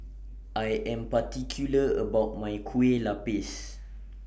I Am particular about My Kueh Lupis